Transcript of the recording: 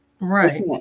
Right